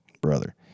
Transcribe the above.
brother